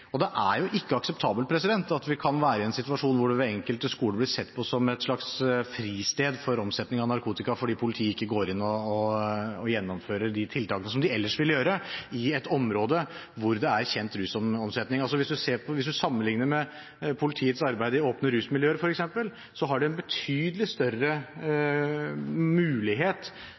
Det er ikke akseptabelt at vi kan være i en situasjon hvor enkelte skoler blir sett på som et slags fristed for omsetning av narkotika, fordi politiet ikke går inn og gjennomfører de tiltakene de ellers ville gjøre, i et område hvor det er kjent rusomsetning. Hvis man sammenligner med politiets arbeid i f.eks. åpne rusmiljø, har man en betydelig større mulighet